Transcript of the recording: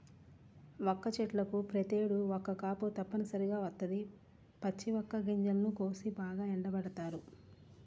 వక్క చెట్లకు ప్రతేడు ఒక్క కాపు తప్పనిసరిగా వత్తది, పచ్చి వక్క గింజలను కోసి బాగా ఎండబెడతారు